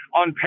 on